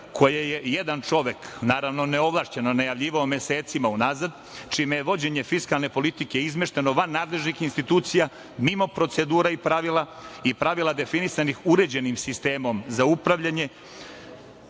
koje je jedan čovek, naravno, neovlašćeno najavljivao mesecima unazad, čime je vođenje fiskalne politike izmešteno van nadležnih institucija, mimo procedura i pravila i pravila definisanih uređenim sistemom za upravljanje